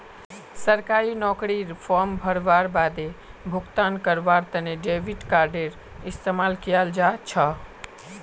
सरकारी नौकरीर फॉर्म भरवार बादे भुगतान करवार तने डेबिट कार्डडेर इस्तेमाल कियाल जा छ